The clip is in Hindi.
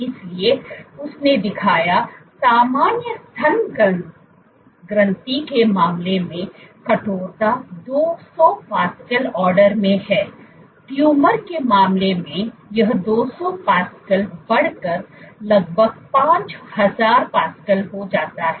इसलिए उसने दिखाया सामान्य स्तन ग्रंथि के मामले में कठोरता 200 पास्कल ऑर्डर में है ट्यूमर के मामले में यह 200 पास्कल बढ़कर लगभग 5000 पास्कल हो जाता है